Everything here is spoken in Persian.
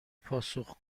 پاسخگو